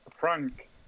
Frank